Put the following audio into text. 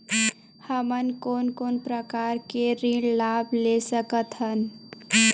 हमन कोन कोन प्रकार के ऋण लाभ ले सकत हन?